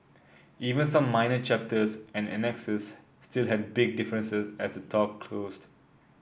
even some minor chapters and annexes still had big differences as the talk closed